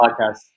podcast